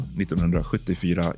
1974